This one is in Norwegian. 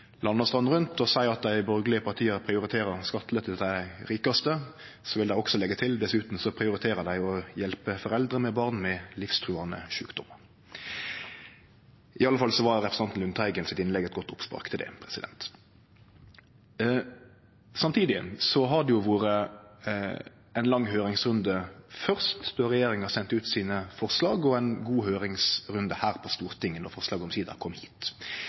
rundt og seie at dei borgarlege partia prioriterer skattelette til dei rikaste, så vil dei også leggje til: dessutan prioriterer dei å hjelpe foreldre med barn med livstruande sjukdomar. I alle fall var representanten Lundteigens innlegg eit godt oppspark til det. Samtidig har det vore ei lang høyringsrunde først, då regjeringa sende ut sine forslag, og ei god høyringsrunde her på Stortinget då forslaget omsider kom hit.